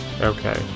Okay